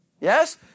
Yes